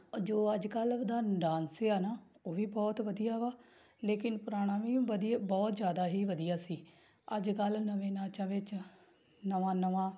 ਜੋ ਅੱਜ ਕੱਲ੍ਹ ਉਹਦਾ ਡਾਂਸ ਆ ਨਾ ਉਹ ਵੀ ਬਹੁਤ ਵਧੀਆ ਵਾ ਲੇਕਿਨ ਪੁਰਾਣਾ ਵੀ ਵਧੀਆ ਬਹੁਤ ਜ਼ਿਆਦਾ ਹੀ ਵਧੀਆ ਸੀ ਅੱਜ ਕੱਲ੍ਹ ਨਵੇਂ ਨਾਚਾਂ ਵਿੱਚ ਨਵਾਂ ਨਵਾਂ